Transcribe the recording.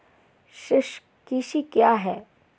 सूक्ष्म कृषि क्या है?